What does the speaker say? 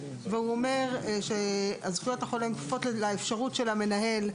והוא אומר שזכויות החולה כפופות לאפשרות של המנהל,